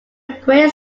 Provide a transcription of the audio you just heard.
great